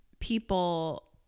people